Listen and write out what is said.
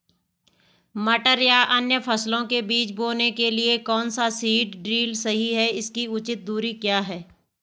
मटर या अन्य फसलों के बीज बोने के लिए कौन सा सीड ड्रील सही है इसकी उचित दूरी क्या है?